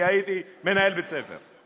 כי הייתי מנהל בית ספר.